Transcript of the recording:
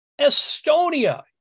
Estonia